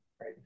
right